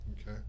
Okay